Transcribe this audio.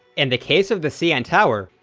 in the case of the cn tower,